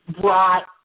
brought